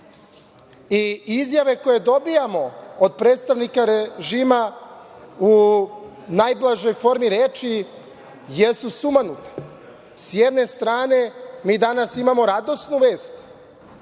i izjave koje dobijamo od predstavnika režima u najblažoj formi reči jesu sumanute. Sa jedne strane mi danas imamo radosnu vest